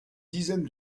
dizaine